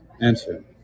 Answer